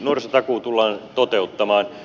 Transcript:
nuorisotakuu tullaan toteuttamaan